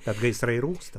kad gaisrai rūksta